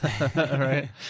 right